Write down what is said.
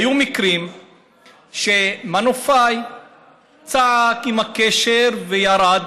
היו מקרים שמנופאי צעק בקשר וירד.